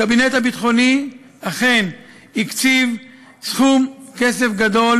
הקבינט הביטחוני אכן הקציב סכום כסף גדול